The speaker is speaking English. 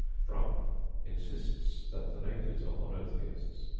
frumpp insists that the natives are monotheists,